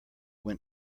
when